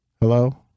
Hello